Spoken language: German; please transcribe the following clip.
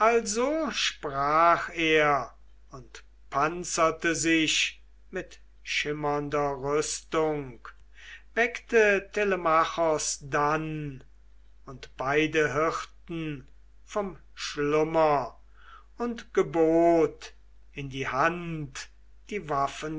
also sprach er und panzerte sich mit schimmernder rüstung weckte telemachos dann und beide hirten vom schlummer und gebot in die hand die waffen